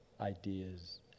ideas